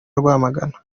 rwamagana